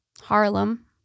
Harlem